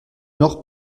nord